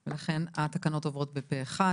פה ואני מצביעה בעד ולכן התקנות עוברות בפה אחד.